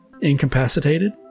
incapacitated